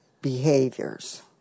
behaviors